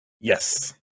Yes